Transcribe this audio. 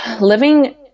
living